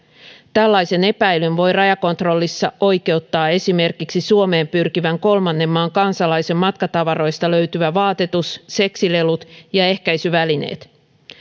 tällaisen epäilyn voi rajakontrollissa oikeuttaa esimerkiksi suomeen pyrkivän kolmannen maan kansalaisen matkatavaroista löytyvä vaatetus seksilelut ja ehkäisyvälineet